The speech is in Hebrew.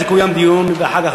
אז יקוים דיון ואחר כך,